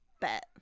bet